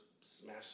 smash